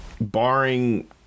barring